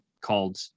called